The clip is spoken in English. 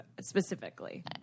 specifically